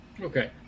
okay